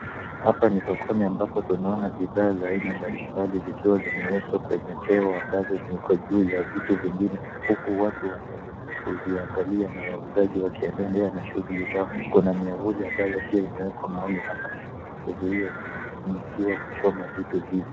Hapa ni sokoni ambapo tunaona bidhaa za aina mbalimbali zikiwa zimewekwa kwenye teo ambazo ziko juu ya vitu vingine huku watu wanaendelea kuziangalia na wauzaji wakiendelea na shughuli zao. Kuna miavuli ambayo pia imewekwa mahali hapa ili kuzuia jua kuchoma vitu hivi.